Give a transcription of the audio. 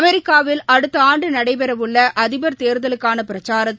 அமெரிக்காவில் அடுத்த ஆண்டு நடைபெறவுள்ள அதிபர் தேர்தலுக்கான பிரச்சாரத்தை